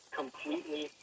completely